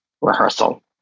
rehearsal